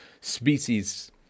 species